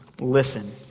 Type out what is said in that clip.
listen